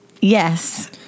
Yes